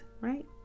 right